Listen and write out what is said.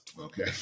Okay